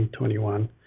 2021